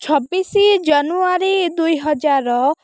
ଛବିଶି ଜାନୁଆରୀ ଦୁଇହଜାର